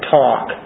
talk